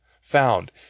found